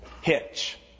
hitch